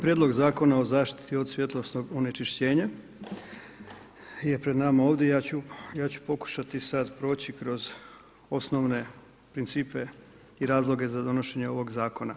Prijedlog Zakona o zaštiti od svjetlosnog onečišćenja je pred nama ovdje, ja ću pokušati sad proći kroz osnovne princip i razloge za donošenje ovog zakona.